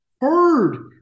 heard